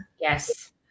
Yes